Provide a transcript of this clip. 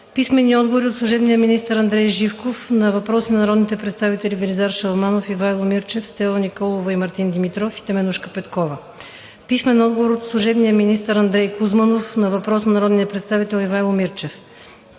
2021 г. от: - служебния министър Андрей Живков на въпроси от народните представители Велизар Шаламанов, Ивайло Мирчев, Стела Николова и Мартин Димитров, и Теменужка Петкова; - служебния министър Андрей Кузманов на въпрос от народния представител Ивайло Мирчев;